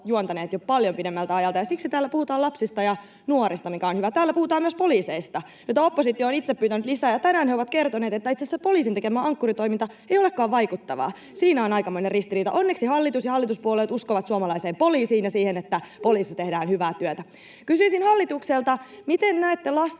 jo paljon pidemmältä ajalta, ja siksi täällä puhutaan lapsista ja nuorista, mikä on hyvä. Täällä puhutaan myös poliiseista, joita oppositio on itse pyytänyt lisää, ja tänään he ovat kertoneet, että itse asiassa poliisin tekemä Ankkuri-toiminta ei olekaan vaikuttavaa. Siinä on aikamoinen ristiriita. Onneksi hallitus ja hallituspuolueet uskovat suomalaiseen poliisiin ja siihen, että poliisissa tehdään hyvää työtä. Kysyisin hallitukselta: miten näette